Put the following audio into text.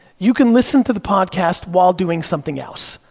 you can listen to the podcast while doing something else.